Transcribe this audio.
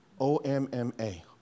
O-M-M-A